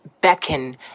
beckon